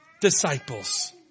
disciples